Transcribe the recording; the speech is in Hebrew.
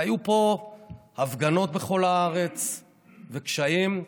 והיו פה הפגנות בכל הארץ וקשיים,